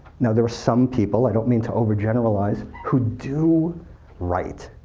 now there are some people, i don't mean to overgeneralize, who do write,